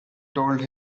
told